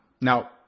Now